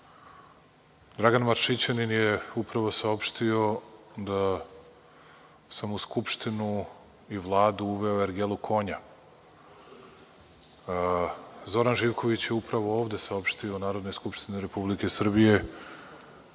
Dragan Maršićanin je upravo saopštio da sam u Skupštinu i Vladu uveo ergelu konja. Zoran Živković je upravo malopre rekao u Narodnoj skupštini Republike Srbije